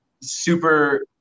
super